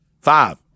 five